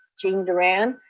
gene durand,